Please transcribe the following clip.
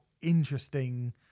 interesting